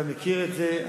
אתה מכיר את זה,